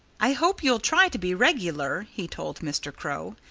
i hope you'll try to be regular, he told mr. crow.